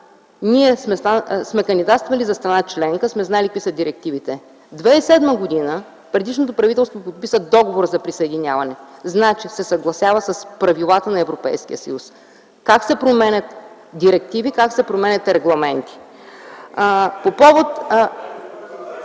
ние сме кандидатствали за страна член, сме знаели какви са директивите. През 2007 г. предишното правителство подписа договор за присъединяване, значи се съгласява с правилата на Европейския съюз – как се променят директиви, как се променят регламенти. В Договора